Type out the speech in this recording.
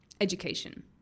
Education